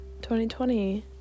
2020